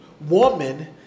woman